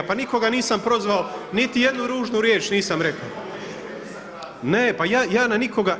Pa nikoga nisam prozvao, niti jednu ružnu riječ nisam rekao. … [[Upadica sa strane, ne čuje se.]] Ne, pa ja na nikoga.